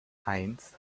eins